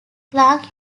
clark